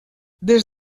des